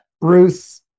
Bruce